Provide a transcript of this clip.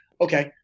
okay